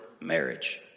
marriage